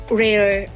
rare